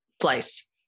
place